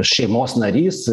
šeimos narys